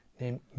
named